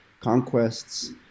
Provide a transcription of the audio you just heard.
conquests